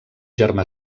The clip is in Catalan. germà